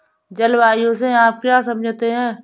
जलवायु से आप क्या समझते हैं?